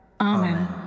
Amen